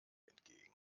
entgegen